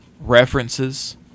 references